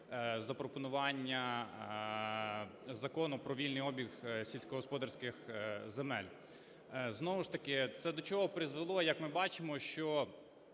запропонування Закону про вільний обіг сільськогосподарських земель. Знову ж таки це до чого призвело? Як ми бачимо, що